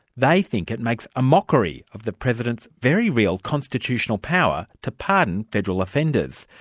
they think it makes a mockery of the president's very real constitutional power to pardon federal offenders.